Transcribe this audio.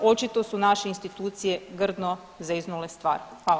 Očito su naše institucije grdno zeznule stvar.